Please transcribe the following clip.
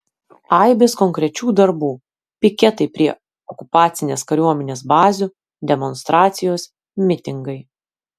aibės konkrečių darbų piketai prie okupacinės kariuomenės bazių demonstracijos mitingai